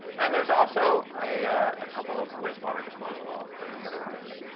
and there's also a ah couple of wastewater disposal wells that are that are high rate.